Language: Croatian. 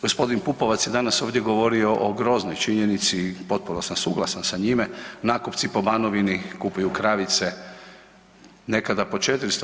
Gospodin Pupovac je danas ovdje govorio o groznoj činjenici i potpuno sam suglasan sa njime nakupci po Banovini kupuju kravice nekada po 400.